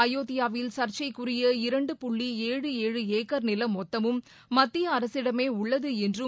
அயோத்தியாவில் சர்ச்சைக்குரிய இரண்டு புள்ளி ஏழு ஏழு ஏக்கர் நிலம் மொத்தமும் மத்திய அரசிடமே உள்ளது என்றும்